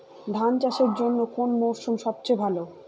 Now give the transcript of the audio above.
ধান চাষের জন্যে কোন মরশুম সবচেয়ে ভালো?